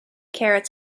carrots